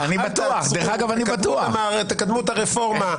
-- ואני רוצה לדעת מי זאת הגברת גלי שלום,